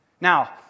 Now